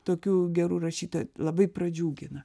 tokių gerų rašytojų labai pradžigina